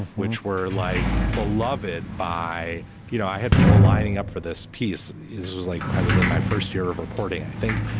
which were like beloved by you know, i had people lining up for this piece. it was like i was in my first year of reporting, i think,